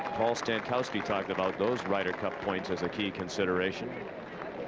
stankowski talked about those ryder cup points as a key consideration.